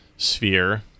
sphere